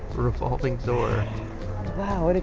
revolving door wow, what a